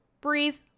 breathe